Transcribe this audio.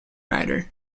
rider